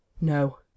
no